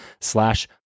slash